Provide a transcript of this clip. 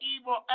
evil